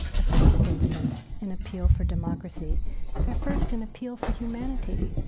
the first instance, an appeal for democracy they're first an appeal for humanity